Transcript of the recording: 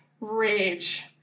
rage